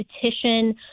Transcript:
petition